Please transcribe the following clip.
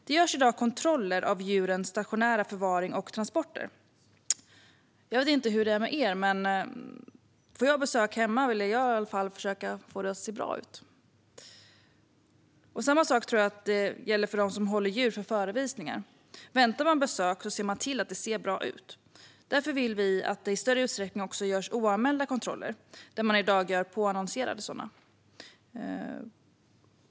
Det görs i dag kontroller av djurens stationära förvaring och transporter. Jag vet inte hur det är med er, men får jag besök vill jag i alla fall försöka få det att se bra ut hemma. Detsamma tror jag gäller dem som håller djur för uppvisning - väntar man besök ser man till att det ser bra ut. Därför vill vi att det i större utsträckning görs oanmälda kontroller där man i dag gör påannonserade sådana.